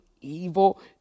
evil